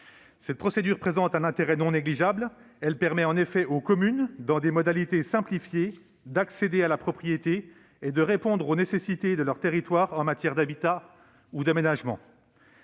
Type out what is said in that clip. Cette procédure présente un intérêt non négligeable : elle permet aux communes, dans des modalités simplifiées, d'accéder à la propriété et de répondre aux nécessités de leur territoire en matière d'habitat ou d'aménagement.